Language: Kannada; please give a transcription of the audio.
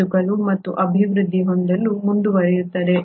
ಬದುಕಲು ಮತ್ತು ಅಭಿವೃದ್ಧಿ ಹೊಂದಲು ಮುಂದುವರಿಯುತ್ತದೆ